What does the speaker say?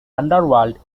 underworld